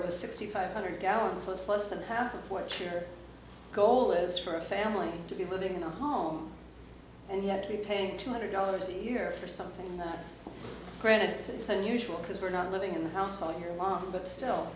was sixty five hundred gallons of plus of what your goal is for a family to be living in a home and yet be paying two hundred dollars here for something granted it's unusual because we're not living in the house all year long but still